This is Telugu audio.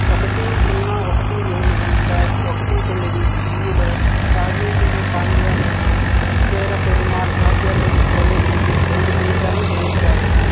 ఒకటి సున్నా ఒకటి ఎనిమిది డ్యాష్ ఒకటి తొమ్మిది సిఈలో రాజేంద్రుడు పాండ్య మరియు చేర పెరుమాళ్ రాజ్యాల్లోనికి ప్రవేశించి రెండు దేశాలను జయించాడు